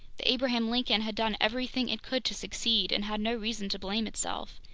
the abraham lincoln had done everything it could to succeed and had no reason to blame itself.